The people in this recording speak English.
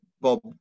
Bob